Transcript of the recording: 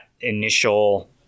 initial